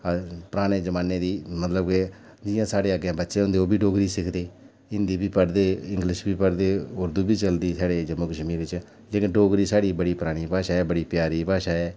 पराने जमाने दी मतलब के जियां साढ़े अग्गें बच्चे होंदे ओह्बी डोगरी सिखदे हिंदी बी पढ़दे इंग्लिश बी पढ़दे होर उर्दू बी चलदी साढ़े जम्मू कश्मीर च लेकिन डोगरी साढ़ी बड़ी परानी भाशा ऐ बड़ी प्यारी भाशा ऐ